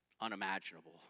unimaginable